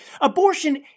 Abortion